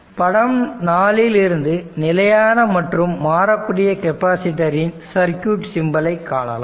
படம் 4 இல் இருந்து நிலையான மற்றும் மாறக்கூடிய கெப்பாசிட்டர் இன் சர்க்யூட் சிம்பல் ஐ காணலாம்